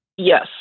Yes